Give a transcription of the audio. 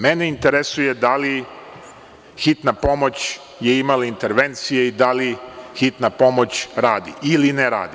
Mene interesuje da li je hitna pomoć imala intervencije i da li hitna pomoć radi ili ne radi?